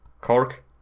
cork